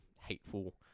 hateful